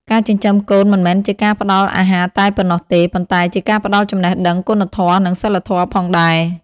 ការចិញ្ចឹមកូនមិនមែនជាការផ្ដល់អាហារតែប៉ុណ្ណោះទេ ប៉ុន្តែជាការផ្ដល់ចំណេះដឹង គុណធម៌ និងសីលធម៌ផងដែរ។